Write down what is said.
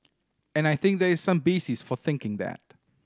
and I think there is some basis for thinking that